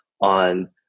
on